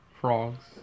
Frogs